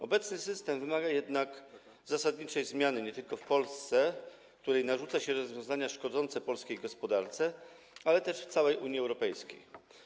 Obecny system wymaga jednak zasadniczej zmiany nie tylko w Polsce, której narzuca się rozwiązania szkodzące polskiej gospodarce, ale też w całej Unii Europejskiej.